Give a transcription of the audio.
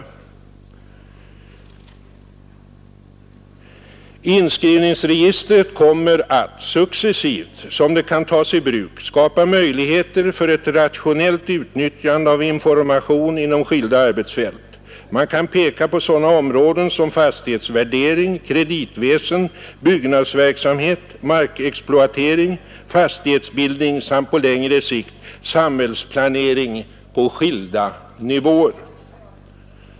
Härom säger Bo Lindén: ”Inskrivningsregistret kommer att, successivt som det kan tas i bruk, skapa möjligheter för ett rationellt utnyttjande av information inom skilda arbetsfält. Man kan bara peka på sådana områden som fastighetsvärdering, kreditväsen, byggnadsverksamhet, markexploatering, fastighetsbildning samt — på längre sikt — samhällsplanering på skilda nivåer.